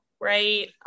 right